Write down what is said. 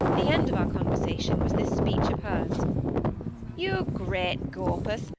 the end of our conversation was this speech of hers you great gaupus,